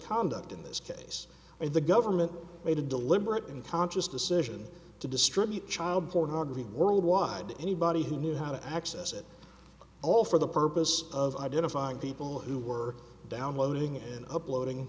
conduct in this case and the government made a deliberate and conscious decision to distribute child pornography worldwide to anybody who knew how to access it all for the purpose of identifying people who were downloading and uploading